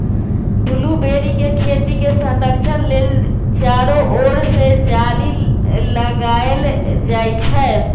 blueberry के खेती के संरक्षण लेल चारो ओर से जाली लगाएल जाइ छै